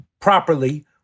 properly